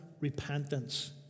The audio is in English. repentance